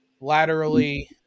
laterally